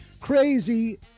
crazy